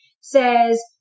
says